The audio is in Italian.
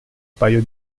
paio